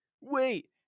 Wait